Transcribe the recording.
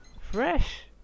fresh